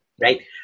Right